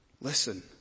listen